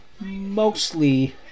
mostly